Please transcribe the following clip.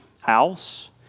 house